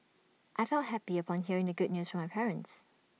I felt happy upon hearing the good news from my parents